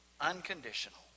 unconditional